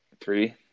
Three